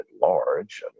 large